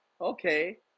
Okay